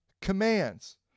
commands